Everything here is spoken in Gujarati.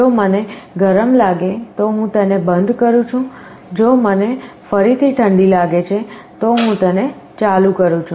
જો મને ગરમ લાગે તો હું તેને બંધ કરું છું જો મને ફરીથી ઠંડી લાગે છે તો હું તેને ચાલુ કરું છું